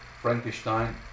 Frankenstein